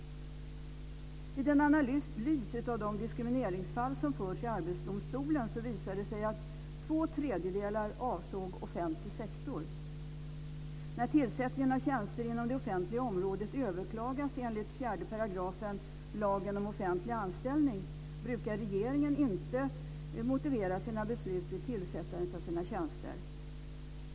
Vid en analys av de diskrimineringsfall som förts till Arbetsdomstolen visar det sig att två tredjedelar avsåg offentlig sektor. När tillsättningen av tjänster inom det offentliga området överklagas enligt 4 § lagen om offentlig anställning brukar regeringen inte motivera sina beslut vid tillsättandet av sina tjänster.